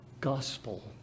gospel